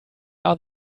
are